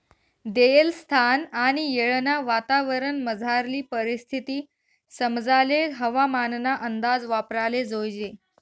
देयेल स्थान आणि येळना वातावरणमझारली परिस्थिती समजाले हवामानना अंदाज वापराले जोयजे